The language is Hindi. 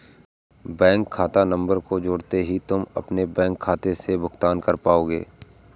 बैंक खाता नंबर को जोड़ते ही तुम अपने बैंक खाते से भुगतान कर पाओगे